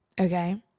okay